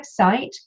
website